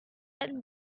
and